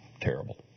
terrible